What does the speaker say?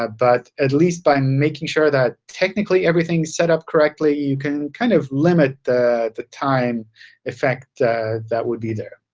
but at least by making sure that technically everything's set up correctly, you can kind of limit the the time effect that would be there.